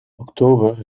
oktober